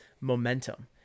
momentum